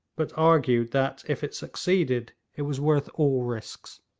but argued that if it succeeded it was worth all risks.